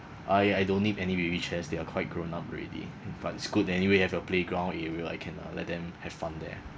I I don't need any baby chairs they are quite grown up already but it's good anyway have your playground area I can uh let them have fun there